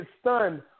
stunned